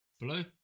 Blue